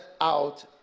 out